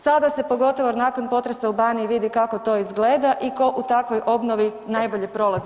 Sada se, pogotovo nakon potresa u Baniji vidi kako to izgleda i tko u takvoj obnovi najbolje prolazi.